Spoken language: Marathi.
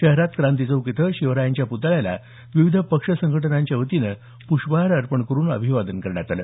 शहरातल्या क्रांतीचौक इथं शिवरायांच्या पुतळ्याला विविध पक्ष संघटनांच्या वतीनं प्रष्पहार अर्पण करुन अभिवादन करण्यात आलं